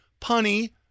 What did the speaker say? punny